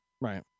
Right